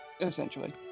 Essentially